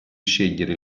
scegliere